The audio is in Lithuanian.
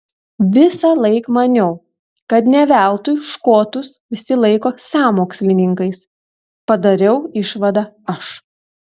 visąlaik maniau kad ne veltui škotus visi laiko sąmokslininkais padariau išvadą aš